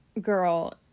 girl